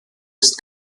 ist